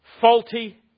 faulty